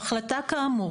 ההחלטה כאמור,